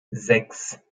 sechs